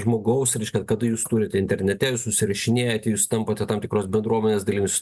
žmogaus reiškia kad jūs turite internete ir susirašinėjate jūs tampate tam tikros bendruomenės dalis